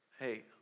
hey